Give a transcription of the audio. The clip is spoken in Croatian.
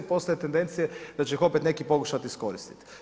Postoji tendencija da će ih opet neki pokušati iskoristiti.